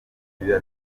biba